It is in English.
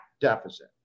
deficit